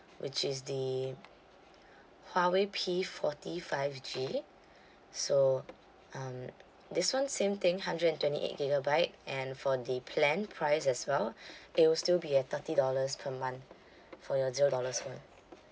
which is the huawei P forty five G so um this [one] same thing hundred and twenty eight gigabyte and for the plan price as well it will still be at thirty dollars per month for your zero dollar's phone